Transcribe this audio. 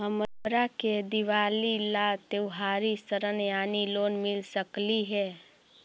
हमरा के दिवाली ला त्योहारी ऋण यानी लोन मिल सकली हे?